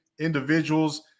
individuals